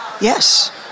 Yes